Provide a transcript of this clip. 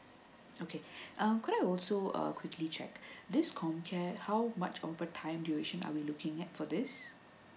okay um could I also uh quickly check this com care how much overtime duration are we looking at for this